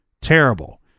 terrible